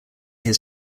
his